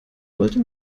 wollte